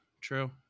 True